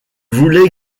voulait